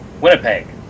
Winnipeg